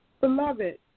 beloved